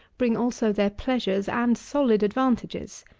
bring also their pleasures and solid advantages.